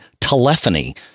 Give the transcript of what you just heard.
telephony